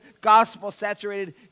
gospel-saturated